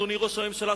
אדוני ראש הממשלה,